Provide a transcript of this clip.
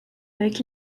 avec